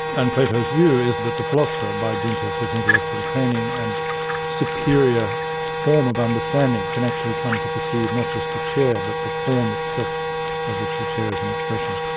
and plato's view is that the philosopher, by dint of his intellectual training and superior form of understanding can actually come to perceive not just the chair but the form itself of which the chair is an expression.